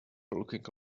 looking